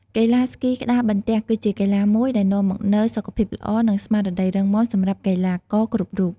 កីឡាស្គីក្ដារបន្ទះ គឺជាកីឡាមួយដែលនាំមកនូវសុខភាពល្អ និង ស្មារតីរឹងមាំសម្រាប់កីឡាករគ្រប់រូប។